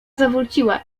zawróciła